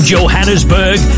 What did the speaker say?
Johannesburg